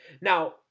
Now